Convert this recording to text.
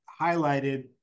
highlighted